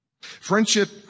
Friendship